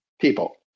people